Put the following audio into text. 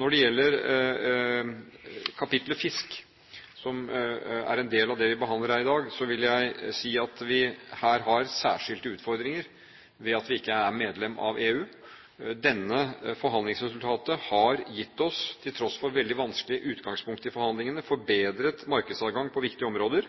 Når det gjelder kapitlet fisk, som er en del av det vi behandler her i dag, vil jeg si at vi her har særskilte utfordringer ved at vi ikke er medlem av EU. Dette forhandlingsresultatet har gitt oss, til tross for veldig vanskelig utgangspunkt i forhandlingene, forbedret markedsadgang på viktige områder.